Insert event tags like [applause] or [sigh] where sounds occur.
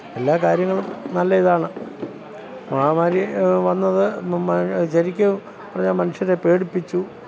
എല്ലാ കാര്യങ്ങളും നല്ല ഇതാണ് മഹാമാരി വന്നത് [unintelligible] ശരിക്കും പറഞ്ഞാൽ മനുഷ്യരെ പേടിപ്പിച്ചു